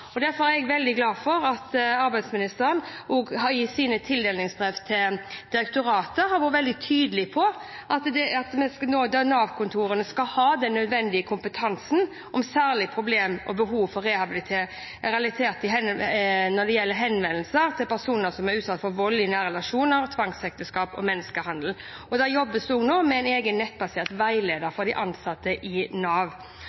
Nav. Derfor er jeg veldig glad for at arbeidsministeren i sine tildelingsbrev til direktoratet har vært veldig tydelig på at Nav-kontorene skal ha den nødvendige kompetansen om særlige problemer og behov for rehabilitering når det gjelder henvendelser til personer som er utsatt for vold i nære relasjoner, tvangsekteskap og menneskehandel. Det jobbes også nå med en egen nettbasert veileder for de ansatte i Nav.